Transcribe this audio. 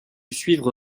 suivre